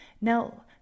now